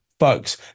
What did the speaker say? Folks